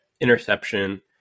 interception